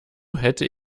hätte